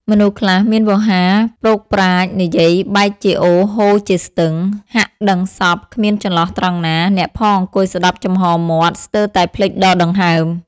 មនុស្សខ្លះមានវោហារប្រោកប្រាជ្ញ និយាយបែកជាអូរហូរជាស្ទឹង ហាក់ដឹងសព្វ គ្មានចន្លោះត្រង់ណា អ្នកផងអង្គុយស្ដាប់ចំហមាត់ ស្ទើរតែភ្លេចដកដង្ហើម ។